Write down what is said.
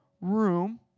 room